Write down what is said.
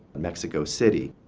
mexico city.